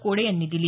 कोडे यांनी दिली